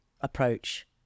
approach